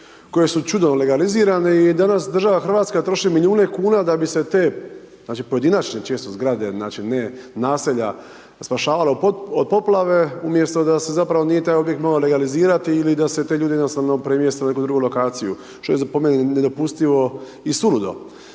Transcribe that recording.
koje su čudom legalizirane i danas država Hrvatska troši milijune kuna da bi se te znači pojedinačne često zgrade, znači ne naselja, spašavala od poplave umjesto da se zapravo nije taj objekt mogao legalizirati ili da se te ljude jednostavno premjesti na neku drugu lokaciju što je po meni nedopustivo i suludo.